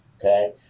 okay